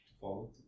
follow